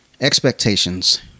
expectations